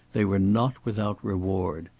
they were not without reward.